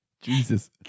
Jesus